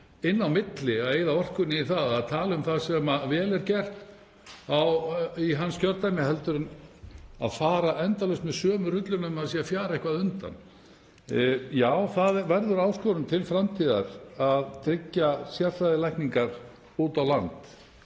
inn á milli að eyða orkunni í að tala um það sem vel er gert í hans kjördæmi frekar en að fara endalaust með sömu rulluna um að það sé að fjara eitthvað undan. Já, það verður áskorun til framtíðar að tryggja sérfræðilækningar úti á landi